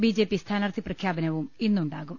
BJP സ്ഥാനാർത്ഥി പ്രഖ്യാപനവും ഇന്നുണ്ടാകും